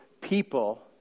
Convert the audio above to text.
people